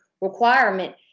requirement